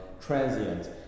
transient